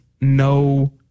no